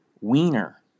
wiener